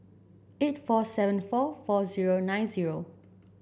eight four seven four four zero nine zero